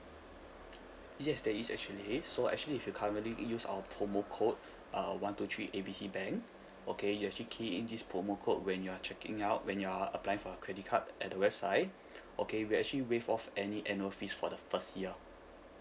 yes there is actually so actually if you currently use our promo code uh one two three A B C bank okay you actually key in this promo code when you're checking out when you're applying for your credit card at the website okay we'll actually waive off any annual fees for the first year